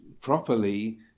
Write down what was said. properly